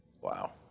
Wow